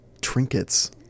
trinkets